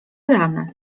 damy